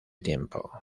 tiempo